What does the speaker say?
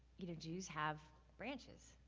you know, jews have branches.